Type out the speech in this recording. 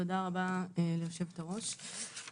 תודה רבה ליושבת הראש.